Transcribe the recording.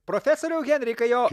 profesoriau henrikai o